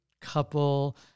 couple